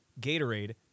Gatorade